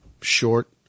short